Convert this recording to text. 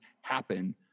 happen